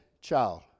child